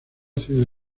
civil